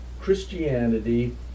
Christianity